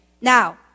Now